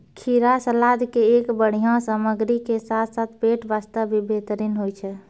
खीरा सलाद के एक बढ़िया सामग्री के साथॅ साथॅ पेट बास्तॅ भी बेहतरीन होय छै